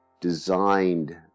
designed